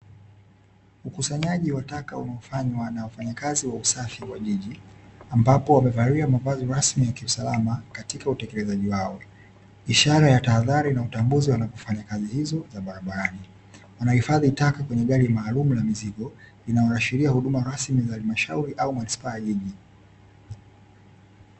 Ukusanyaji wa taka unaofanywa na wafanyakazi wa usafi wa jiji, ambapo wamevalia mavazi rasmi ya kiusalama katika utekelezaji wao, ishara ya tahadhari na utambuzi wanapofanya kazi hizo za barabarani. Wanahifadhi taka kwenye gari maalumu la mizigo, linaloashiria huduma rasmi za halmashauri au manispaa ya jiji.